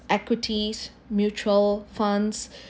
equities mutual funds